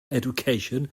education